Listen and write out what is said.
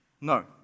No